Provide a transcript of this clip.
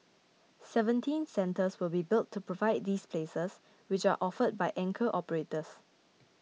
seventeen centres will be built to provide these places which are offered by anchor operators